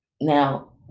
Now